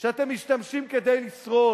שאתם משתמשים בהם כדי לשרוד.